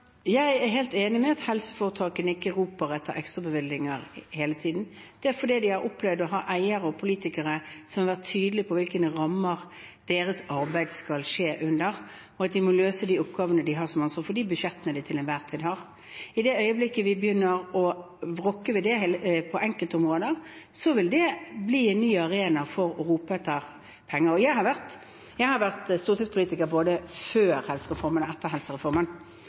Jeg er helt enig i at helseforetakene ikke roper etter ekstrabevilgninger hele tiden. Det er fordi de har opplevd å ha eiere og politikere som har vært tydelige på hvilke rammer deres arbeid skal skje innenfor, og at de må løse de oppgavene de har ansvaret for, med de budsjettene de til enhver tid har. I det øyeblikket vi begynner å rokke ved det på enkeltområder, vil det bli en ny arena for å rope etter penger. Jeg har vært stortingspolitiker både før og etter helsereformen,